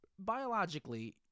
Biologically